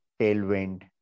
tailwind